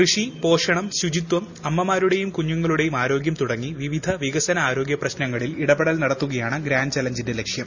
കൃഷി പോഷണം ശുചിത്വം അമ്മമാരുടെയും കുഞ്ഞുങ്ങളുടെയും ആരോഗ്യം തുടങ്ങി വിവിധ പിക്സന ആരോഗ്യ പ്രശ്നങ്ങളിൽ ഇടപെടൽ നടത്തുകയാണ് ഗ്ഗാൻഡ് ചലഞ്ചിന്റെ ലക്ഷ്യം